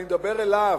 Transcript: אני מדבר אליו.